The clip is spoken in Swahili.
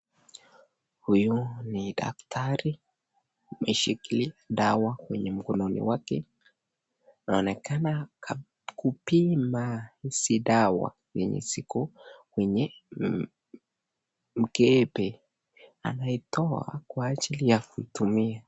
Huyu ni daktari ameshikilia dawa kwenye mkononi wake, anaonekana kupima hizi dawa zenye ziko kwenye mkebe, anaitoa kwa ajili ya kuitumia.